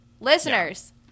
Listeners